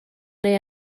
neu